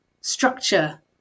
structure